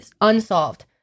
unsolved